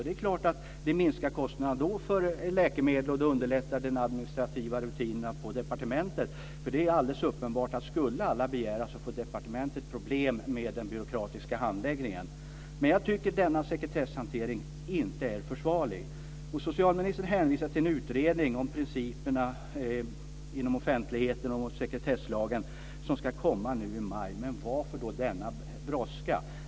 Det är klart att kostnaderna för läkemedel minskar då och att de administrativa rutinerna på departementet underlättas. Det är ju alldeles uppenbart att skulle alla begära får departementet problem med den byråkratiska handläggningen. Jag tycker inte att denna sekretesshantering är försvarlig. Socialministern hänvisar till en utredning om principerna för offentligheten och sekretesslagen som ska komma nu i maj. Men varför då denna brådska?